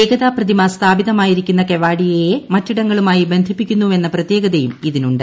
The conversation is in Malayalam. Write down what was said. ഏകതാ പ്രതിമ സ്ഥാപിതമായിരിക്കുന്ന കെവാഡിയയെ മറ്റിടങ്ങളുമായി ബന്ധിപ്പിക്കുന്നുവെന്ന പ്രത്യേകതയും ഇതിനുണ്ട്